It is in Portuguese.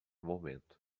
momento